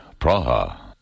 Praha